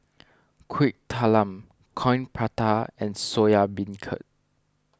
Kuih Talam Coin Prata and Soya Beancurd